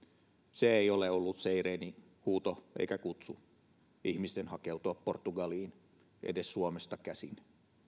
se ei ole ollut seireenin huuto eikä kutsu ihmisten hakeutua portugaliin edes suomesta käsin